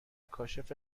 کاشف